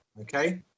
Okay